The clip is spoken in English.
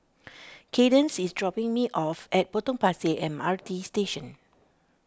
Kaydence is dropping me off at Potong Pasir M R T Station